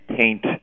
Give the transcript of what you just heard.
paint